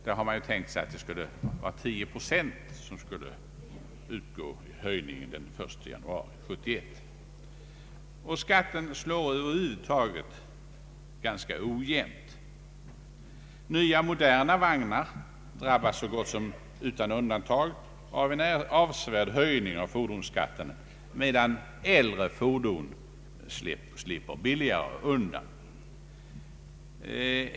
Där har man ju tänkt sig att det skulle vara en höjning på 10 procent den 1 januari 1971. Skatten slår över huvud taget ganska ojämnt. Nya moderna vagnar drabbas så gott som utan undantag av en avsevärd höjning av fordonsskatten, medan äldre fordon slipper billigare undan.